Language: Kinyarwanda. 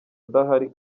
adahari